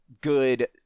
good